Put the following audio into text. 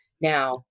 Now